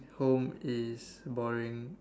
home is boring